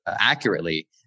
accurately